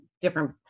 different